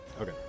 Okay